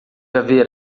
haver